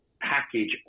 package